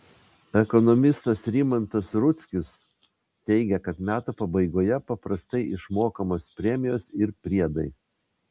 ekonomistas rimantas rudzkis teigia kad metų pabaigoje paprastai išmokamos premijos ir priedai